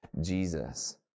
Jesus